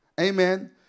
Amen